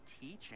teaching